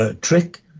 trick